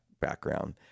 background